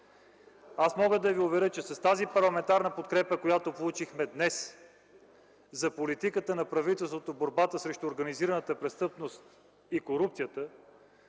Аз мога да Ви уверя, че с тази парламентарна подкрепа, която получихме днес за политиката на правителството в борбата срещу организираната престъпност и корупцията,